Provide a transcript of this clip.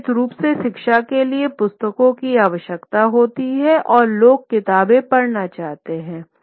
निश्चित रूप से शिक्षा के लिए पुस्तकों की आवश्यकता होती है और लोग किताबें पढ़ना चाहते हैं